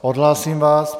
Odhlásím vás.